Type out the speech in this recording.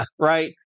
right